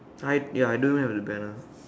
I ya I don't even have the banner